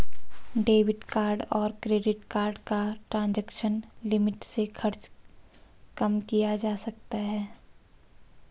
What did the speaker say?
debit card और credit card का transaction limit से खर्च कम किया जा सकता है